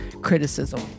criticism